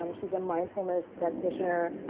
um she's a mindfulness practitioner.